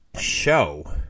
show